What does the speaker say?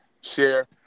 share